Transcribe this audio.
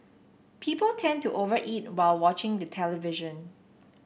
people tend to over eat while watching the television